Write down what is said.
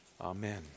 Amen